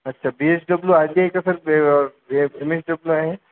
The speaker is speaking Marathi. अच्छा B S W I T आहे का सर एम एस डब्ल्यू आहे